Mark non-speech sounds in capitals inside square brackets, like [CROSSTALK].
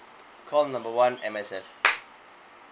call number one M_S_F [NOISE]